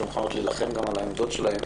שמוכנות להילחם גם על העמדות שלהן,